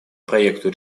проекту